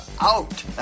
Out